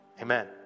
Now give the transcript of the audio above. amen